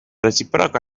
reciproke